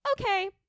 okay